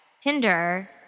tinder